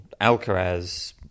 Alcaraz